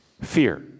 fear